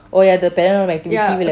oh ya the paranormal activity